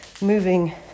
moving